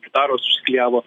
gitaros užsiklijavo